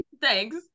Thanks